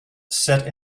set